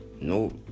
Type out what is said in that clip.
No